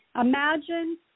imagine